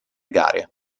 gare